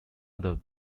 other